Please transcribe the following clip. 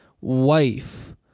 wife